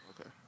Okay